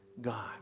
God